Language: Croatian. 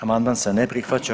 Amandman se ne prihvaća.